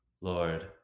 Lord